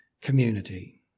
community